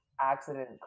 accident